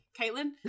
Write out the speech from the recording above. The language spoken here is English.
Caitlin